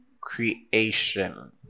creation